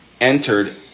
entered